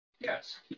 Yes